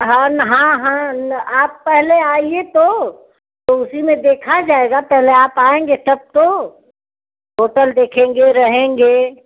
आप हाँ हाँ आप पहले आइए तो उसी में देखा जाएगा पहले आप आएंगे तब तो होटल देखेंगे रहेंगे